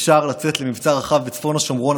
אפשר לצאת למבצע רחב בצפון השומרון,